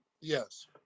Yes